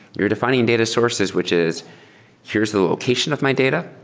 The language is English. you're defi ning data sources, which is here's the location of my data.